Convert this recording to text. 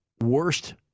worst